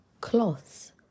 cloths